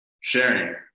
sharing